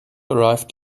arrived